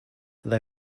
they